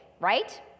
Right